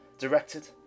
directed